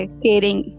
caring